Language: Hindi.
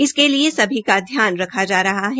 इसके लिए सभी का ध्यान रखा जा रहा है